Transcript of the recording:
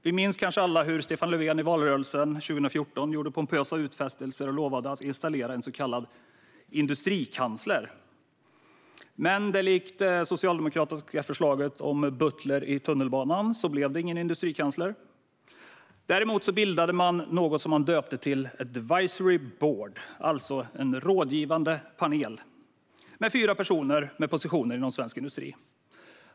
Vi minns kanske alla hur Stefan Löfven i valrörelsen 2014 gjorde pompösa utfästelser och lovade att installera en så kallad industrikansler. Men likt det socialdemokratiska förslaget om butler i tunnelbanan blev det ingen industrikansler. Däremot bildade man något man döpte till "advisory board", alltså en rådgivande panel, med fyra personer med positioner inom svensk industri.